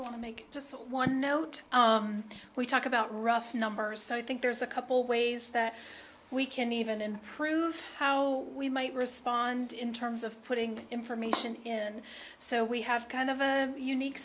want to make just one note we talk about rough numbers so i think there's a couple ways that we can even improve how we might respond in terms of putting information and so we have kind of a unique